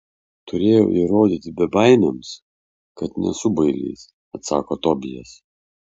turėjau įrodyti bebaimiams kad nesu bailys atsako tobijas